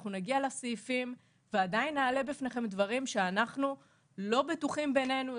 אנחנו נגיע לסעיפים ועדיין נעלה בפניכם דברים שאנחנו לא בטוחים בינינו.